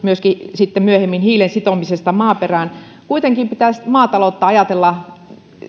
sitten myöhemmin myöskin hiilen sitomisesta maaperään kuitenkin pitäisi maataloutta ajatella